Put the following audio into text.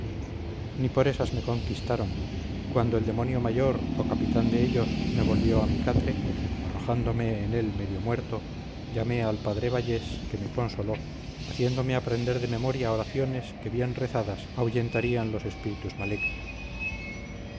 ni por esas me conquistaron y cuando el demonio mayor o capitán de ellos me volvió a mi catre arrojándome en él medio muerto llamé al padre vallés que me consoló haciéndome aprender de memoria oraciones que bien rezadas ahuyentarían los espíritus malignos